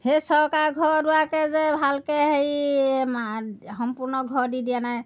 সেই চৰকাৰৰ ঘৰ দুৱাৰকে যে ভালকৈ হেৰি মানে সম্পূৰ্ণ ঘৰ দি দিয়া নাই